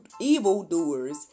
evildoers